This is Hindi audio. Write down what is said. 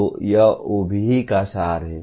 तो यह OBE का सार है